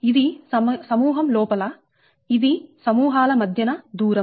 ఇది సమూహం లోపల ఇది సమూహాల మధ్యన దూరం